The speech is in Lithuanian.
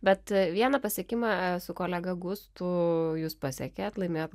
bet vieną pasiekimą su kolega gustu jūs pasiekėt laimėjot